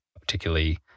particularly